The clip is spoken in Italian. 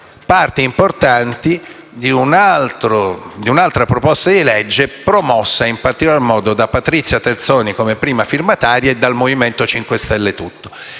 parti importanti di un'altra proposta di legge promossa in particolar modo da Patrizia Terzoni come prima firmataria e dal Movimento 5 Stelle tutto.